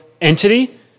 entity